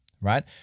right